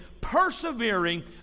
persevering